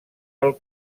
pel